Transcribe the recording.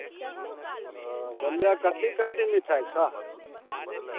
ओ बोललियह कथी कथी मिठाइ छह